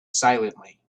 silently